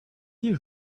here